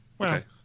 Okay